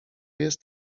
jest